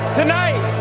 tonight